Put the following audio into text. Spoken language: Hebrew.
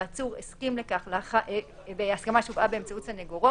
ושיש הסכמה של העצור באמצעות סנגורו